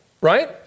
right